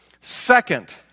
Second